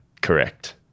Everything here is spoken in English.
correct